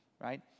right